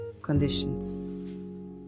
Conditions